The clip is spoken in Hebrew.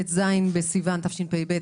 ט"ז סיון התשפ"ב,